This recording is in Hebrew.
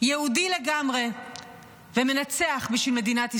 יהודי לגמרי ומנצח בשביל מדינת ישראל.